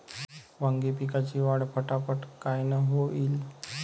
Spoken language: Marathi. वांगी पिकाची वाढ फटाफट कायनं होईल?